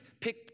pick